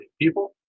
people